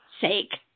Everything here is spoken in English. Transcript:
sake